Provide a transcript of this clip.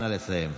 נא לסיים.